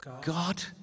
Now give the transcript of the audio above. God